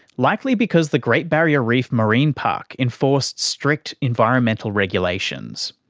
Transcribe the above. likely because the great barrier reef marine park enforced strict environmental regulations.